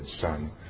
son